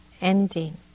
ending